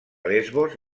lesbos